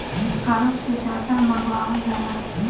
अरब से जादा मंगावल जाला